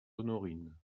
honorine